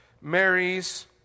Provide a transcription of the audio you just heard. marries